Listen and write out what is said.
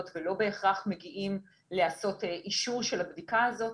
ולא בהכרח מגיעים לעשות אישור של הבדיקה הזאת.